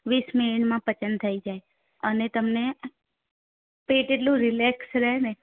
વીસ મિનિટમાં પચન થઈ જાય અને તમને પેટ એટલું રિલેક્સ રહે ને